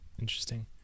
Interesting